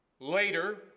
Later